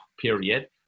period